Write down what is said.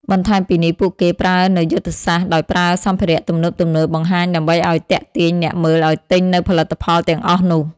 បន្ថែមពីនេះពួកគេប្រើនៅយុទ្ធសាស្រ្តដោយប្រើសម្ភារៈទំនើបៗបង្ហាញដើម្បីធ្វើឲ្យទាក់ទាញអ្នកមើលឲ្យទិញនៅផលិតផលទាំងអស់នោះ។